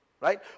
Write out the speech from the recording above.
Right